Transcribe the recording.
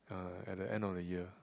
uh at the end of the year